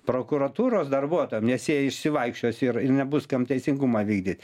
prokuratūros darbuotojam nes jie išsivaikščios ir ir nebus kam teisingumą vykdyt